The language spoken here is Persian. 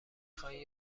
خواهید